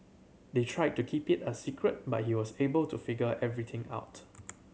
they tried to keep it a secret but he was able to figure everything out